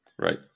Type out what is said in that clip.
Right